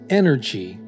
energy